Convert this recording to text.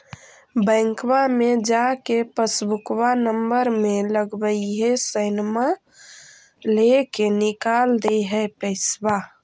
बैंकवा मे जा के पासबुकवा नम्बर मे लगवहिऐ सैनवा लेके निकाल दे है पैसवा?